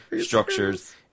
structures